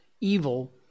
evil